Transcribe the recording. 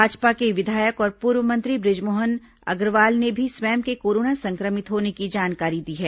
भाजपा के विधायक और पुर्व मंत्री बजमोहन अग्रवाल ने भी स्वयं के कोरोना संक्रमित होने की जानकारी दी है